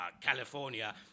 California